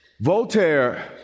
Voltaire